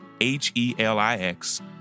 H-E-L-I-X